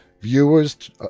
viewers